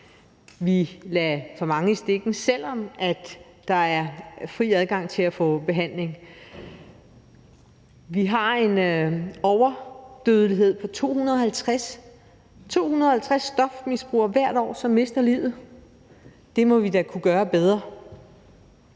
Vi lader for mange i stikken, selv om der er fri adgang til at få behandling. Vi har en overdødelighed med 250 stofmisbrugere, som hvert år mister livet. Det må vi da kunne gøre bedre.